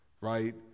right